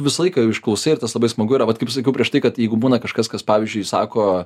visą laiką išklausai ir tas labai smagu yra vat kaip sakiau prieš tai kad jeigu būna kažkas kas pavyzdžiui sako